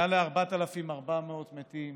מעל ל-4,400 מתים.